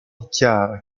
dichiara